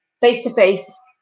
face-to-face